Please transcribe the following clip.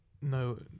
no